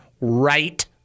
right